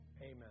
amen